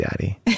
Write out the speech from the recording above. daddy